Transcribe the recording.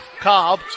Cobb